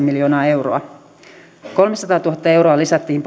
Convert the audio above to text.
miljoonaa euroa kolmesataatuhatta euroa lisättiin